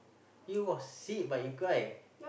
you gossip but you cry